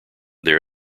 there